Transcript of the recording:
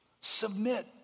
Submit